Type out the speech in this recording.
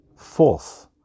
False